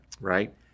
right